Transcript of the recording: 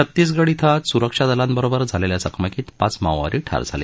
छत्तीसगड क्वें आज सुरक्षा दलाबरोबर झालेल्या चकमकीत पाच माओवादी ठार झाले